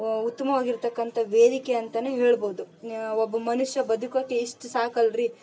ಉತ್ತುಮ್ವಾಗಿರ್ತಕ್ಕಂಥ ವೇದಿಕೆ ಅಂತನು ಹೇಳ್ಬೌದು ನ್ಯ ಒಬ್ಬ ಮನುಷ್ಯ ಬದುಕೋಕೆ ಇಷ್ಟು ಸಾಕಲ್ರಿ